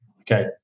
okay